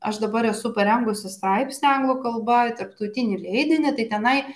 aš dabar esu parengusi straipsnį anglų kalba į tarptautinį leidinį tai tenai